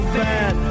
bad